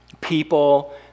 people